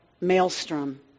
maelstrom